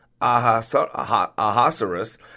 Ahasuerus